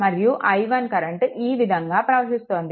మరియు i1 current ఈ విధంగా ప్రవహిస్తోంది